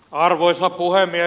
arvoisa puhemies